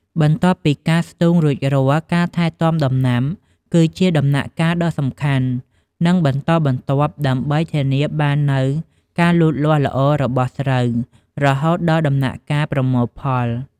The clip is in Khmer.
បន្ទាប់ពីការស្ទូងរួចរាល់ ការថែទាំដំណាំ គឺជាដំណាក់កាលដ៏សំខាន់ និងបន្តបន្ទាប់ដើម្បីធានាបាននូវការលូតលាស់ល្អរបស់ស្រូវ រហូតដល់ដំណាក់កាលប្រមូលផល។